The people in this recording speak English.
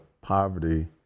poverty